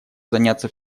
заняться